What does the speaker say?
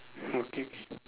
okay